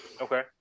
Okay